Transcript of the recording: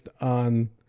on